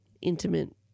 intimate